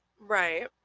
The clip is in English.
Right